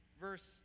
verse